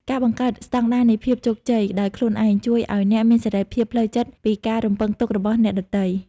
ការបង្កើត "ស្តង់ដារនៃភាពជោគជ័យ" ដោយខ្លួនឯង ជួយឱ្យអ្នកមានសេរីភាពផ្លូវចិត្តពីការរំពឹងទុករបស់អ្នកដទៃ។